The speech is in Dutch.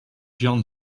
jan